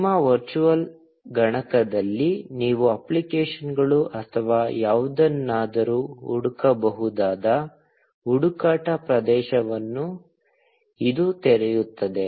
ನಿಮ್ಮ ವರ್ಚುವಲ್ ಗಣಕದಲ್ಲಿ ನೀವು ಅಪ್ಲಿಕೇಶನ್ಗಳು ಅಥವಾ ಯಾವುದನ್ನಾದರೂ ಹುಡುಕಬಹುದಾದ ಹುಡುಕಾಟ ಪ್ರದೇಶವನ್ನು ಇದು ತೆರೆಯುತ್ತದೆ